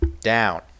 down